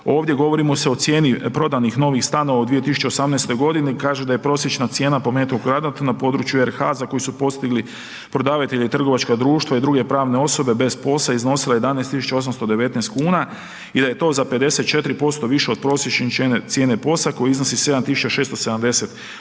ovdje govorimo se o cijeni prodanih novih stanova u 2018.g. kažu da je prosječna cijena po metru kvadratno na području RH, za koje su postigli prodavatelje trgovačko društvo i druge i pravne osobe bez …/Govornik se ne razumije./… iznosile 11 tisuća 819 kn, jer je to za 54% više od prosječne cijene POS-a koji iznosi 7 tisuća